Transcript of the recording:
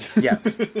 Yes